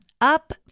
up